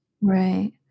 Right